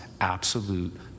absolute